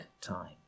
time